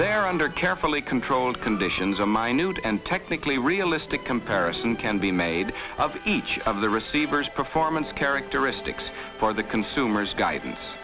there under carefully controlled conditions a minute and technically realistic comparison can be made of each of the receivers performance characteristics for the consumers guidance